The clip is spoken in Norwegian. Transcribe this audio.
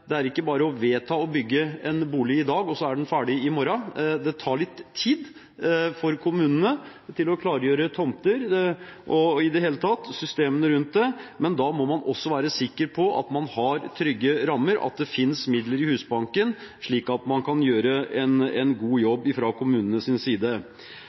dag, og så er den ferdig i morgen. Det tar litt tid for kommunene med å klargjøre tomter og i det hele tatt med systemene rundt det, men da må man også være sikker på at man har trygge rammer, at det finnes midler i Husbanken, slik at man kan gjøre en god jobb fra kommunenes side.